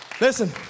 Listen